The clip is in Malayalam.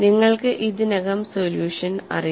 നിങ്ങൾക്ക് ഇതിനകം സൊല്യൂഷൻ അറിയാം